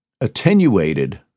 attenuated